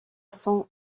son